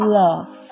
love